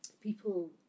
people